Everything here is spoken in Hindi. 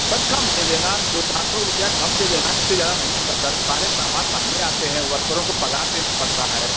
सर कम दे देना दो चार सौ रुपये कम दे देना इससे ज़्यादा नहीं होगा सर सारे समान महँगे आते हैं वर्करों को पगार देना पड़ता है